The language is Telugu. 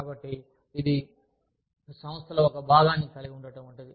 కాబట్టి ఇది సంస్థలో ఒక భాగాన్ని కలిగి ఉండటం వంటిది